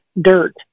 dirt